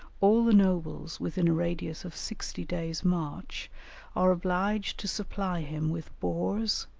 all the nobles within a radius of sixty days' march are obliged to supply him with boars,